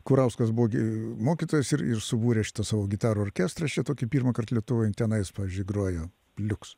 kurauskas buvo gi mokytojas ir ir subūrė šitą savo gitarų orkestrą čia tokį pirmąkart lietuvoj tenais pavyzdžiui grojo liuks